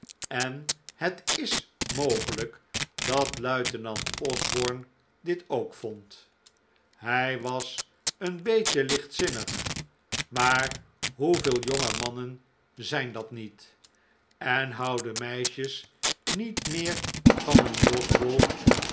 en het is mogelijk dat luitenant osborne dit ook vond hij was een beetje lichtzinnig maar hoeveel jonge mannen zijn dat niet en houden meisjes niet meer van een losbol